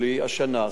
שים לב לתאריך,